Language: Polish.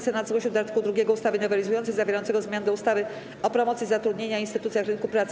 Senat zgłosił do art. 2 ustawy nowelizującej zawierającego zmiany do ustawy o promocji zatrudnienia i instytucjach rynku pracy.